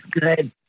good